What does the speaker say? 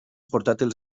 portàtils